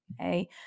okay